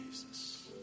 Jesus